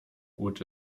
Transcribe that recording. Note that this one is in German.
gut